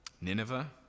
Nineveh